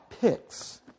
picks